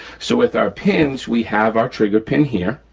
so with our pins, we have our trigger pin here,